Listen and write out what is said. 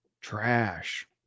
trash